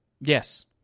Yes